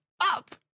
up